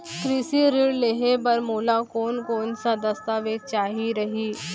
कृषि ऋण लेहे बर मोला कोन कोन स दस्तावेज चाही रही?